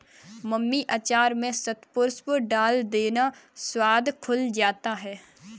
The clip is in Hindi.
मम्मी अचार में शतपुष्प डाल देना, स्वाद खुल जाता है